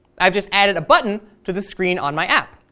i've just added a button to this screen on my app.